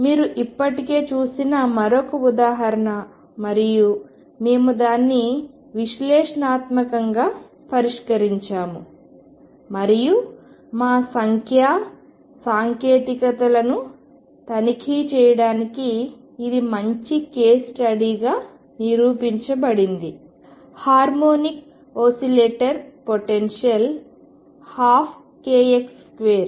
మీరు ఇప్పటికే చూసిన మరొక ఉదాహరణ మరియు మేము దానిని విశ్లేషణాత్మకంగా పరిష్కరించాము మరియు మా సంఖ్యా సాంకేతికతలను తనిఖీ చేయడానికి ఇది మంచి కేస్ స్టడీగా నిరూపించబడింది హార్మోనిక్ ఓసిలేటర్ పొటెన్షియల్ 12kx2